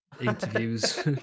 interviews